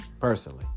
personally